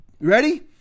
Ready